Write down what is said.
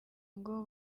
ngo